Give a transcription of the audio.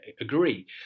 agree